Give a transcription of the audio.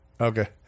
Okay